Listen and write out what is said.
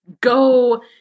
go